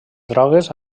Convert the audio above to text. drogues